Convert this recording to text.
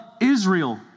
Israel